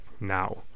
now